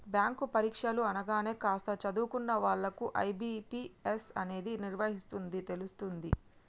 bank పరీక్షలు అనగానే కాస్త చదువుకున్న వాళ్ళకు ఐ.బీ.పీ.ఎస్ అనేది నిర్వహిస్తుందని తెలుస్తుంది